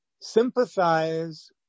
Sympathize